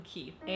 Keith